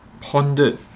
pondered